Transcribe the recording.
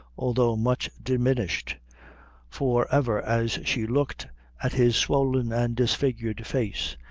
although much diminished for, ever as she looked at his swollen and disfigured face,